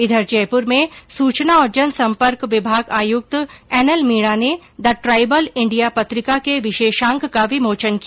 इधर जयपुर में सुचना और जन सम्पर्क विभाग आयुक्त एन एल मीणा ने द ट्राइबल इंडिया पत्रिका के विशेषांक का विमोचन किया